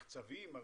מחצבים.